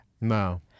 No